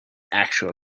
actual